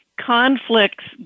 conflicts